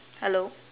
hello